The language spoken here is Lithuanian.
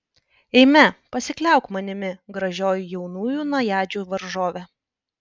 eime pasikliauk manimi gražioji jaunųjų najadžių varžove